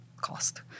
cost